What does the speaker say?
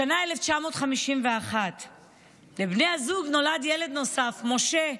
השנה היא 1951. לבני הזוג נולד ילד נוסף, משה.